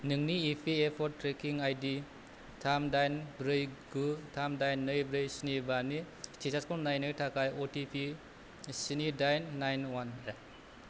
नोंनि E P F अ' tracking I D थाम दाइन ब्रै गु थाम दाइन नै ब्रै स्नि बानि स्टेटासखौ नायनो थाखाय अ टि पि स्नि दाइन नाइन अवान